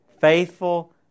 Faithful